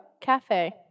Cafe